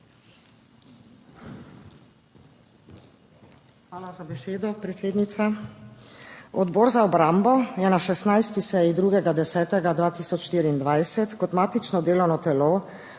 Hvala za besedo, predsednica. Odbor za obrambo je na 16. seji 2. 10. 2024 kot matično delovno telo